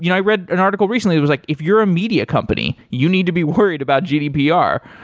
you know i read an article recently, it was like, if you're a media company, you need to be worried about gdpr.